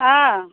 অঁ